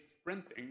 sprinting